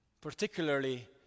particularly